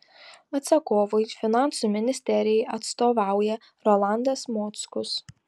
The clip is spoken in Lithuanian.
atsakovui finansų ministerijai atstovauja rolandas mockus